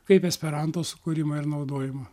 kaip esperanto sukūrimą ir naudojimą